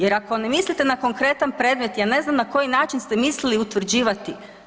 Jer ako ne mislite na konkretan predmet ja ne znam na koji način ste mislili utvrđivati.